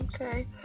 Okay